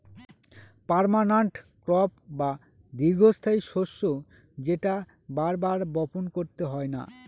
permanent crop বা দীর্ঘস্থায়ী শস্য যেটা বার বার বপন করতে হয় না